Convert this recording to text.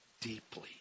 deeply